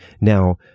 Now